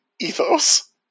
ethos